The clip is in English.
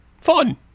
fun